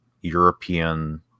European